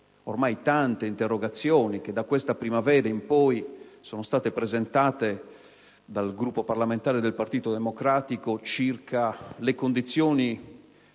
ormai tante interrogazioni che da questa primavera in poi sono state presentate dal Gruppo parlamentare del Partito Democratico circa le condizioni